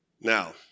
Now